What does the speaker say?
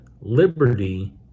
liberty